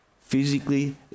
physically